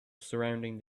surrounding